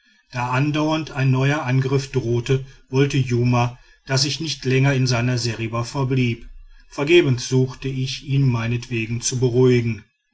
da andauernd ein neuer angriff drohte wollte jumma daß ich nicht länger in seiner seriba verblieb vergebens suchte ich ihn meinetwegen zu beruhigen